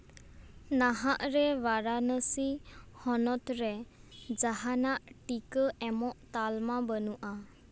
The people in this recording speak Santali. ᱱᱟᱦᱟᱜ ᱨᱮ ᱵᱟᱨᱟᱱᱚᱥᱤ ᱦᱚᱱᱚᱛ ᱨᱮ ᱡᱟᱦᱟᱱᱟᱜ ᱴᱤᱠᱟᱹ ᱮᱢᱚᱜ ᱛᱟᱞᱢᱟ ᱵᱟᱹᱱᱩᱜᱼᱟ